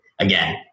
Again